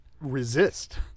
resist